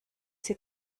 sie